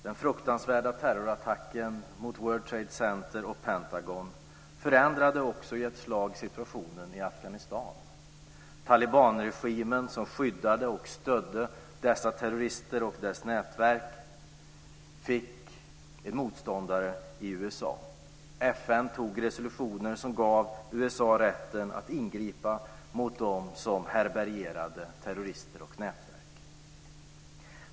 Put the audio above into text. Den fruktansvärda terrorattacken mot World Trade Center och Pentagon den 11 september förändrade i ett slag situationen också i Afghanistan. Talibanregimen som skyddade och stödde terroristerna och deras nätverk fick en motståndare i USA. FN antog resolutioner som gav USA rätten att ingripa mot dem som härbärgerade terrorister och nätverk.